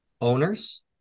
owners